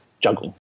juggling